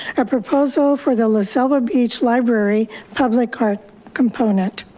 a proposal for the la selva beach library public art component.